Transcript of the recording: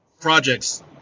projects